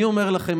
אני אומר לכם,